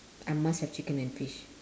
I must have chicken and fish